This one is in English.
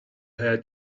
her